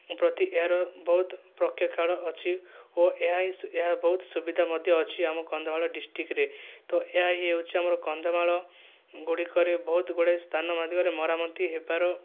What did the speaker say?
ପ୍ରତି ଏହାର ବହୁତ ଅଛି ଓ ଏହା ହିଁ ଏହା ବହୁତ ସୁବିଧା ମଧ୍ୟ ଅଛି ଆମ କନ୍ଧମାଳ ଡିଷ୍ଟ୍ରିକ୍ଟରେ ତ ଏହା ହିଁ ହେଉଛି ଆମ କନ୍ଧମାଳ ଗୁଡ଼ିକରେ ବହୁତ ଗୁଡ଼ିଏ ସ୍ଥାନ ମାଧ୍ୟମରେ ମରାମତି ହେବାର